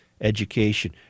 education